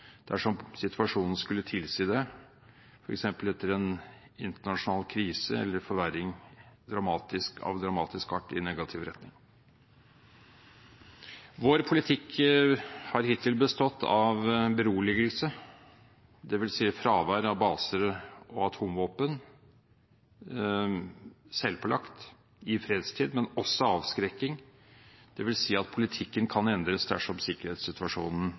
dersom situasjonen skulle tilsi det, f.eks. etter en internasjonal krise eller forverring av dramatisk art i negativ retning. Vår politikk har hittil bestått av beroligelse, dvs. fravær av baser og atomvåpen, selvpålagt, i fredstid, men også avskrekking, dvs. at politikken kan endres dersom sikkerhetssituasjonen